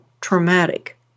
traumatic